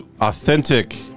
authentic